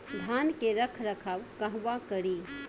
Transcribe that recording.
धान के रख रखाव कहवा करी?